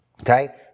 Okay